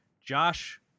Josh